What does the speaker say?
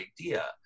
idea